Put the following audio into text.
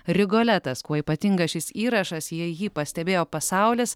rigoletas kuo ypatingas šis įrašas jei jį pastebėjo pasaulis